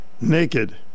naked